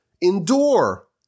endure